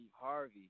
Harvey